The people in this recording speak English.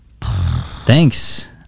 Thanks